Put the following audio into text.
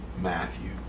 Matthew